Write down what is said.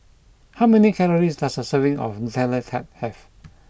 how many calories does a serving of Nutella Tart have